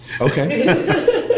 Okay